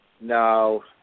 No